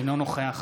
אינו נוכח